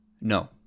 no